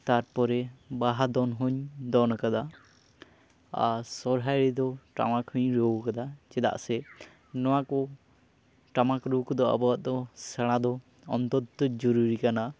ᱛᱟᱨᱯᱚᱨᱮ ᱵᱟᱦᱟ ᱫᱚᱱ ᱦᱚᱸᱧ ᱫᱚᱱ ᱠᱟᱫᱟ ᱟᱨ ᱥᱚᱨᱦᱟᱭ ᱨᱮᱫᱚ ᱴᱟᱢᱟᱠ ᱦᱚᱸᱧ ᱨᱩ ᱟᱠᱟᱫᱟ ᱪᱮᱫᱟᱜ ᱥᱮ ᱱᱚᱣᱟ ᱠᱚ ᱴᱟᱢᱟᱠ ᱨᱩ ᱠᱚᱫᱚ ᱟᱵᱚᱣᱟᱜ ᱫᱚ ᱥᱮᱬᱟ ᱫᱚ ᱚᱛᱛᱚᱱᱛᱚ ᱡᱩᱨᱩᱨᱤ ᱠᱟᱱᱟ